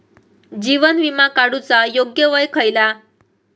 जीवन विमा काडूचा योग्य वय खयला?